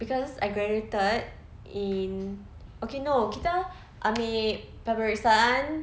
cause I graduated in no kita ambil peperiksaan